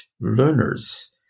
learners